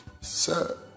Sir